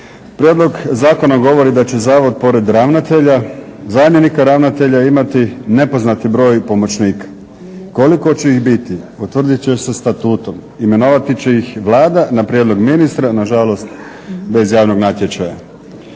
Prijedlog zakona govori da će zavod pored ravnatelja, zamjenika ravnatelja imati nepoznati broj pomoćnika. Koliko će ih biti utvrdit će se statutom, imenovati će ih Vlada na prijedlog ministra, nažalost bez javnog natječaja.